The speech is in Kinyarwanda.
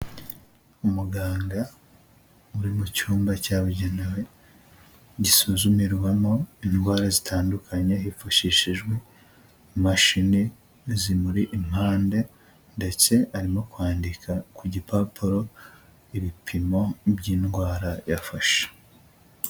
Umuganga uri mu cyumba cyabugenewe, gisuzumirwamo indwara zitandukanye, hifashishijwe, imashini zimuri impande, ndetse arimo kwandika ku gipapuro, ibipimo by'indwara yafashe.